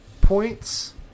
points